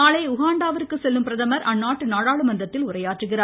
நாளை உகாண்டாவிந்கு செல்லும் பிரதமர் அந்நாட்டு நாடாளுமன்றத்தில் உரையாற்றுகிறார்